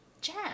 jam